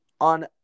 On